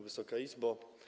Wysoka Izbo!